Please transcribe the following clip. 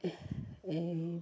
এই